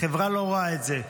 החברה לא רואה את זה,